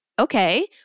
Okay